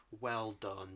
well-done